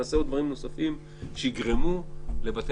נעשה עוד דברים נוספים שיגרמו לבתי